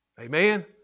Amen